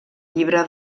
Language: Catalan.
llibre